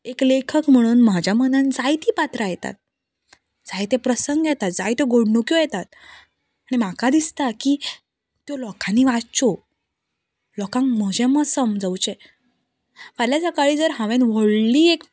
एक लेखक म्हुणून म्हाज्या मनान जायतीं पात्रां येतात जायते प्रसंग येतात जायत्यो घडणुक्यो येतात आनी म्हाका दिसता की त्यो लोकांनी वाच्च्यो लोकांक म्हजें मत समजवचें फाल्यां सकाळीं जर हांवें व्हडली एक